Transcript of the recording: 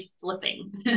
flipping